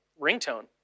ringtone